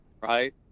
Right